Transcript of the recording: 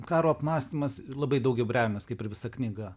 karo apmąstymas ir labai daugiabriaunis kaip ir visa knyga